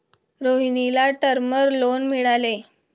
रोहिणीला term loan मिळाले